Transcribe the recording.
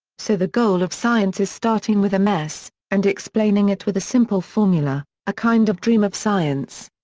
so the goal of science is starting with a mess, and explaining it with a simple formula, a kind of dream of science.